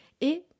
Et